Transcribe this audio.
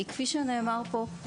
כי כפי שנאמר פה,